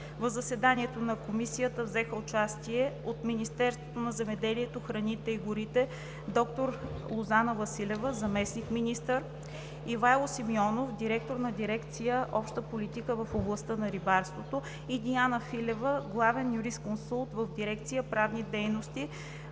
В заседанието на Комисията взеха участие от Министерството на земеделието, храните и горите: доктор Лозана Василева – заместник-министър, Ивайло Симеонов – директор на дирекция „Обща политика в областта на рибарството“, и Диана Филева – главен юрисконсулт в дирекция „Правни дейности